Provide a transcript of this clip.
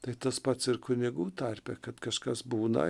tai tas pats ir kunigų tarpe kad kažkas būna